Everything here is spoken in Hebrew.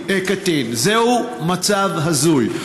זה מצב הזוי.